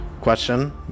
Question